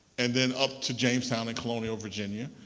and then up to jamestown in colonial virginia.